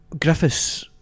Griffiths